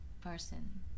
person